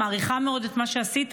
מעריכה מאוד את מה שעשית,